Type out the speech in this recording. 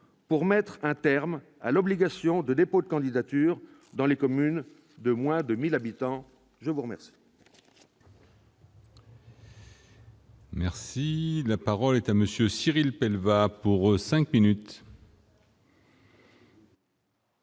pour mettre un terme à l'obligation de dépôt de candidature dans les communes de moins de 1 000 habitants. La parole